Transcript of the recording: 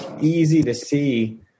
easy-to-see